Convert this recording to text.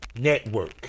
Network